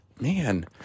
Man